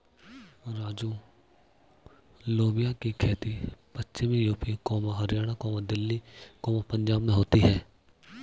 राजू लोबिया की खेती पश्चिमी यूपी, हरियाणा, दिल्ली, पंजाब में होती है